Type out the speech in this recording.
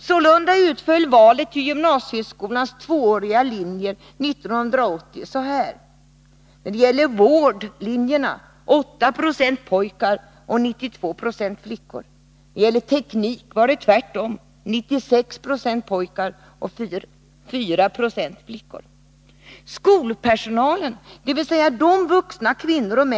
Sålunda utföll valet till gymnasieskolans tvååriga linjer 1980 enligt följande: 8 26 av pojkarna och 92 96 av flickorna valde vårdlinjen. Tvärtom förhöll det sig när det gäller teknik.